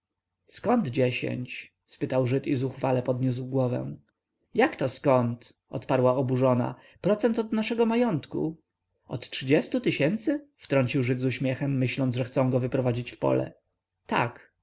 zkąd dziesięć spytał żyd i zuchwale podniósł głowę jakto zkąd odparła oburzona procent od naszego majątku od trzydziestu tysięcy wtrącił żyd z uśmiechem myśląc że chcą go wyprowadzić w pole tak